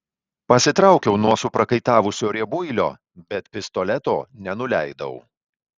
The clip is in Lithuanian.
pasitraukiau nuo suprakaitavusio riebuilio bet pistoleto nenuleidau